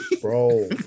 bro